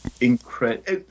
incredible